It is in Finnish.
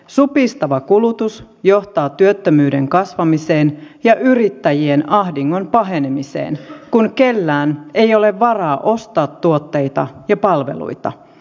supistava kulutus johtaa työttömyyden kasvamiseen ja yrittäjien ahdingon pahenemiseen kun kellään ei ole varaa ostaa tuotteita ja palveluita